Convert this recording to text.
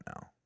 now